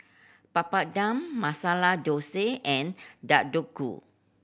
Papadum Masala Dosa and Deodeok Gui